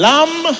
Lamb